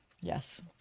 Yes